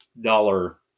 dollar